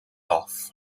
off